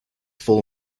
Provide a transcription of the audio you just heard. full